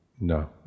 No